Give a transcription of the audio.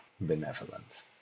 benevolent